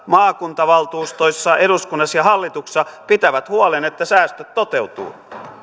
maakuntavaltuustoissa eduskunnassa ja hallituksessa pitävät huolen että säästöt toteutuvat